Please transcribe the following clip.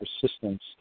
persistence